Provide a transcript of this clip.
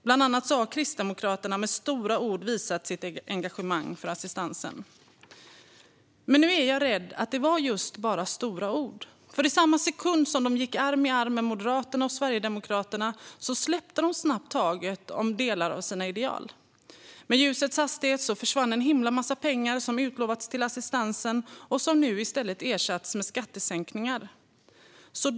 Bland annat har Kristdemokraterna med stora ord visat sitt engagemang för assistansen. Men nu är jag rädd att det bara var just stora ord. I samma sekund som de gick arm i arm med Moderaterna och Sverigedemokraterna släppte de snabbt taget om delar av sina ideal. Med ljusets hastighet försvann en himla massa pengar som utlovats till assistansen och som nu i stället ersätts med skattesänkningar.